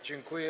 Dziękuję.